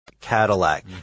Cadillac